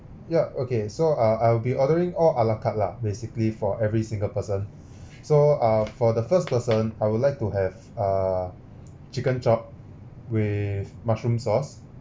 yup okay so uh I'll be ordering all a la carte lah basically for every single person so uh for the first person I would like to have err chicken chop with mushroom sauce